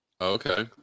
Okay